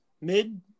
Mid